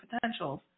potentials